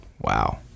wow